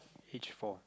hitch for